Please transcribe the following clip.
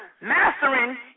mastering